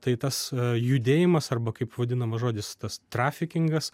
tai tas judėjimas arba kaip vadinamas žodis tas trafikingas